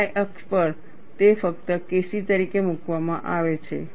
y અક્ષ પર તે ફક્ત KC તરીકે મૂકવામાં આવે છે